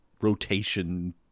rotation